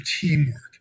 teamwork